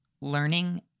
learning